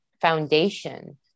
foundation